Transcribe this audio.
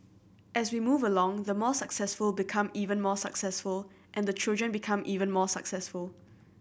as we move along the more successful become even more successful and the children become even more successful